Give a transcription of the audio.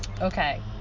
Okay